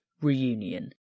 reunion